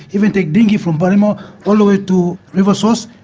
even take dinghy from balimo all the way to river source,